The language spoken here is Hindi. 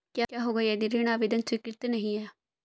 क्या होगा यदि ऋण आवेदन स्वीकृत नहीं है?